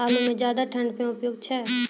आलू म ज्यादा ठंड म उपयुक्त छै?